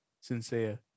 sincere